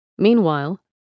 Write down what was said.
Meanwhile